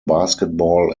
basketball